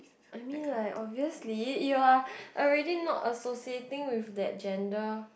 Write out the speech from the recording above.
I mean like obviously you are already not associating with that gender